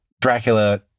Dracula